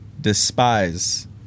despise